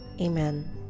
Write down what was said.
Amen